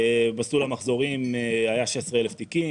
במסלול המחזורים היו 16,000 תיקים,